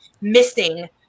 missing